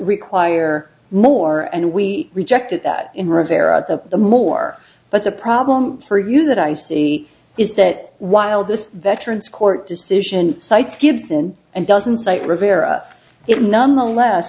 require more and we rejected that in rivera the more but the problem for you that i see is that while this veterans court decision cites gibson and doesn't cite rivera it nonetheless